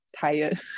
tired